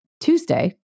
Tuesday